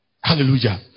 Hallelujah